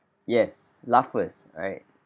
yes laugh first right